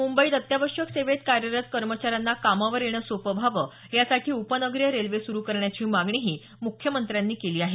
मुंबईत अत्यावश्यक सेवेत कार्यरत कर्मचाऱ्यांना कामावर येणं सोपं व्हावं यासाठी उपनगरी रेल्वे सुरू करण्याची मागणीही मुख्यमंत्र्यांनी केली आहे